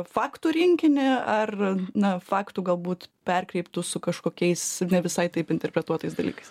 faktų rinkinį ar na faktų galbūt perkreiptų su kažkokiais ne visai taip interpretuotais dalykais